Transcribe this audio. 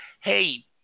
hey